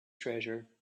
treasure